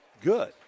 good